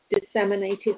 disseminated